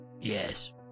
Yes